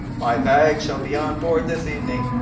my bag shall be on board this evening.